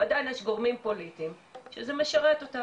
ועדיין יש גורמים פוליטיים שזה משרת אותם